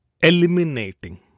eliminating